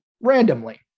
randomly